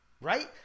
Right